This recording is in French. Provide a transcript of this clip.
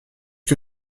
que